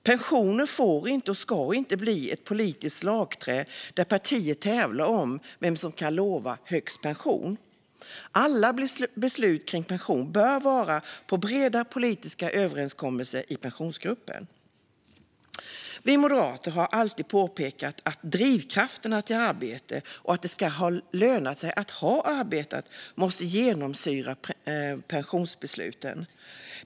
Pensioner får inte och ska inte bli ett politiskt slagträ eller slagfält där partier tävlar om vem som kan lova högst pension. Alla beslut kring pension bör bygga på breda politiska överenskommelser i Pensionsgruppen. Vi moderater har alltid pekat på att drivkrafterna till arbete och att det ska löna sig att ha arbetat måste genomsyra pensionsbesluten.